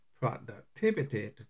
productivity